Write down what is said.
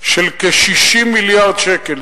של כ-60 מיליארד שקל,